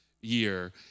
year